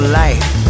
life